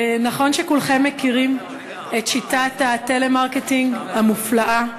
נכון שכולכם מכירים את שיטת הטלמרקטינג המופלאה?